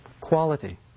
quality